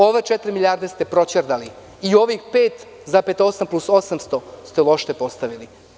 Ove četiri milijarde ste proćerdali i ovih 5,8 plus 800 ste loše postavili.